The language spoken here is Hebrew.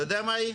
אתה יודע מה היא?